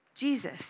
Jesus